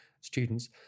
students